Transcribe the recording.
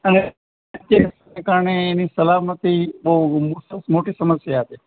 અને કારણે એની સલામતી બઉ મોટી સમસ્યા છે